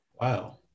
Wow